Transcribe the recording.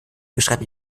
beschreibt